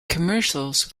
commercials